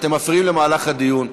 אתם מפריעים למהלך הדיון.